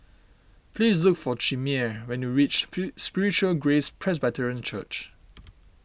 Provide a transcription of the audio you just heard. please look for Chimere when you reach Spiritual Grace Presbyterian Church